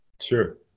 Sure